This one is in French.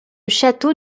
château